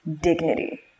dignity